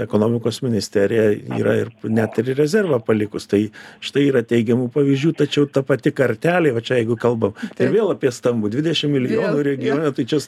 ekonomikos ministerija yra ir net ir rezervą palikus tai štai yra teigiamų pavyzdžių tačiau ta pati kartelė va čia jeigu kalbam ir vėl apie stambų dvidešim milijonų regione tai čia